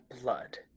blood